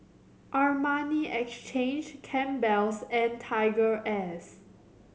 Armani Exchange Campbell's and TigerAirs